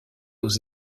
aux